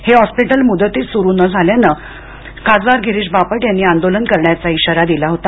हे हॉस्पिटल मुदतीत सुरू होऊ न शकल्याने खासदार गिरीश बापट यांनी आंदोलन करण्याचा इशारा दिला होता